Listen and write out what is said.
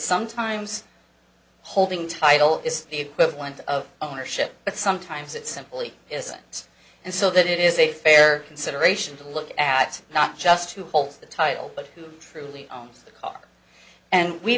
sometimes holding title is the equivalent of ownership but sometimes it simply isn't and so that it is a fair consideration to look at not just who holds the title but who truly owns the car and we